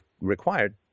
required